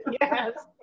yes